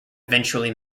eventually